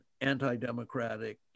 anti-democratic